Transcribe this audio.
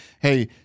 hey